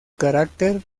carácter